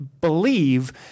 believe